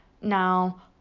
Now